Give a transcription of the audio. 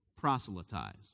proselytize